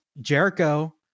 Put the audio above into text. Jericho